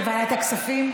בוועדת הכספים?